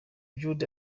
built